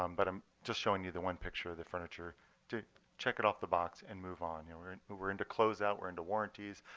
um but i'm just showing you the one picture of the furniture to check it off the box and move on. you know we're and we're into closeout. we're into warranties.